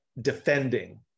defending